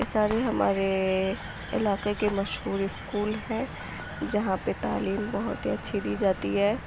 یہ سارے ہمارے علاقے کے مشہور اسکول ہیں جہاں پہ تعلیم بہت ہی اچھی دی جاتی ہے